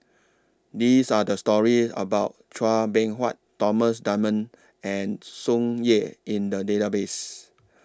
These Are The stories about Chua Beng Huat Thomas Dunman and Tsung Yeh in The Database